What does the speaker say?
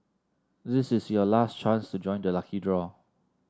this is your last chance to join the lucky draw